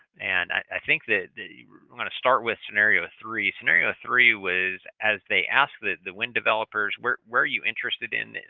and i think that i'm going to start with scenario three. scenario three was as they asked the the wind developers, where where are you interested in?